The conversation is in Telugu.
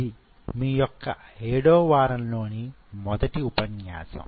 ఇది మీయొక్క ఏడో వారం లోని మొదటి ఉపన్యాసం